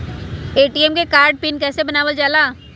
ATM card के PIN कैसे बनावल जाला?